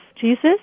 Jesus